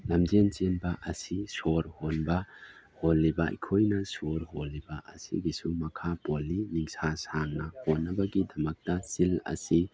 ꯂꯝꯖꯦꯟ ꯆꯦꯟꯕ ꯑꯁꯤ ꯁꯣꯔ ꯍꯣꯟꯕ ꯍꯣꯜꯂꯤꯕ ꯑꯩꯈꯣꯏꯅ ꯁꯣꯔ ꯍꯣꯜꯂꯤꯕ ꯑꯁꯤꯒꯤꯁꯨ ꯃꯈꯥ ꯄꯣꯜꯂꯤ ꯅꯤꯡꯁꯥ ꯁꯥꯡꯅ ꯍꯣꯟꯅꯕꯒꯤꯗꯃꯛ ꯆꯤꯟ ꯑꯁꯤ